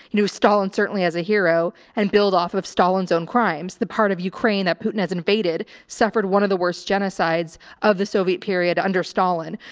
knew stalin certainly as a hero and build off of stalin's own crimes. the part of ukraine that putin has invaded, suffered one of the worst genocides of the soviet period under stalin.